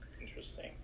Interesting